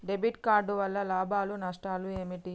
Debit card వల్ల లాభాలు నష్టాలు ఏమిటి?